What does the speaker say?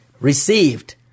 received